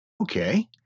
Okay